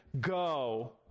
go